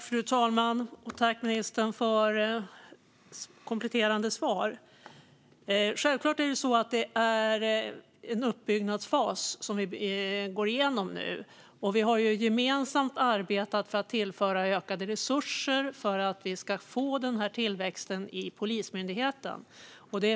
Fru talman! Tack, ministern, för kompletterande svar! Självklart är det en uppbyggnadsfas som vi nu går igenom. Vi har ju gemensamt arbetat för att tillföra ökade resurser för att få en tillväxt i Polismyndigheten.